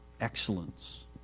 excellence